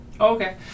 Okay